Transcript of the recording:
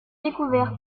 découverte